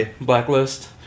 Blacklist